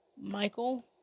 Michael